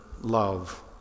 love